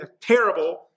terrible